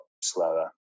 slower